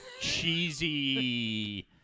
cheesy